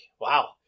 wow